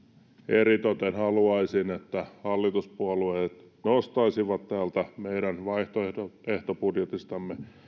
eritoten haluaisin että hallituspuolueet nostaisivat meidän vaihtoehtobudjetistamme